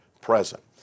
present